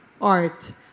art